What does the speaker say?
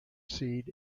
seed